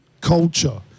culture